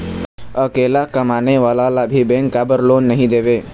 अकेला कमाने वाला ला भी बैंक काबर लोन नहीं देवे?